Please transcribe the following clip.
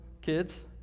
kids